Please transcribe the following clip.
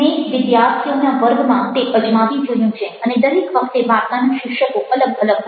મેં વિદ્યાર્થીઓના વર્ગમાં તે અજમાવી જોયું છે અને દરેક વખતે વાર્તાના શીર્ષકો અલગ અલગ હતા